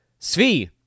Svi